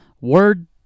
word